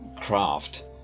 craft